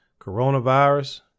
coronavirus